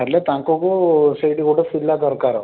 ହେଲେ ତାଙ୍କୁ ସେଇଠି ଗୋଟେ ପିଲା ଦରକାର